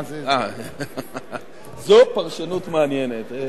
זו פרשנות מעניינת.